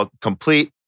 complete